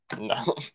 No